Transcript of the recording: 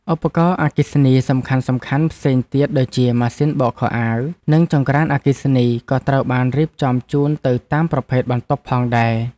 ឧបករណ៍អគ្គិសនីសំខាន់ៗផ្សេងទៀតដូចជាម៉ាស៊ីនបោកខោអាវនិងចង្ក្រានអគ្គិសនីក៏ត្រូវបានរៀបចំជូនទៅតាមប្រភេទបន្ទប់ផងដែរ។